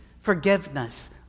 forgiveness